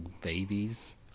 babies